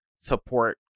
support